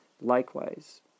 Likewise